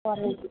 సరే